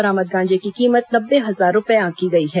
बरामद गांजे की कीमत नब्बे हजार रूपए आंकी गई है